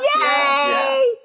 Yay